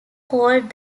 called